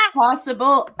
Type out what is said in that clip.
possible